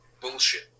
bullshit